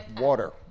Water